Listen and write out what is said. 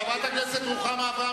חברת הכנסת רוחמה אברהם,